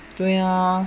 对呀